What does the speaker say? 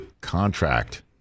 contract